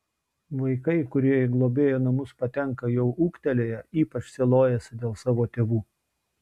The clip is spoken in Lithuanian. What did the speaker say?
vaikai kurie į globėjų namus patenka jau ūgtelėję ypač sielojasi dėl savo tėvų